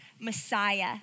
Messiah